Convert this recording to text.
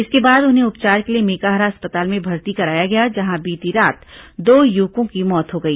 इसके बाद उन्हें उपचार के लिए मेकाहारा अस्पताल में भर्ती कराया गया जहां बीती रात दो युवकों की मौत हो गई